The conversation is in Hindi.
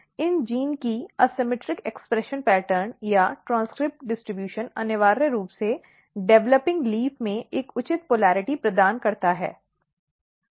इन जीनों की असममित अभिव्यक्ति पैटर्न या ट्रेन्स्क्रिप्ट वितरण अनिवार्य रूप से डेवलपिंग पत्ती में एक उचित पोलिरटी प्रदान करता है